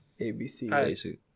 ABC